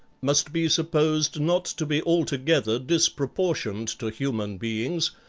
must be supposed not to be altogether disproportioned to human beings,